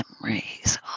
memories